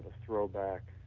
throwback